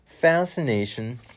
fascination